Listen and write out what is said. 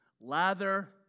lather